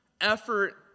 effort